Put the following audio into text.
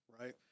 right